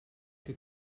que